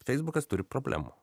feisbukas turi problemų